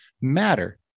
matter